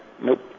Nope